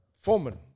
foreman